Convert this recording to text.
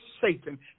Satan